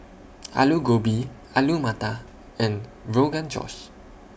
Alu Gobi Alu Matar and Rogan Josh